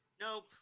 Nope